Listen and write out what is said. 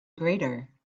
greater